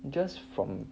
just from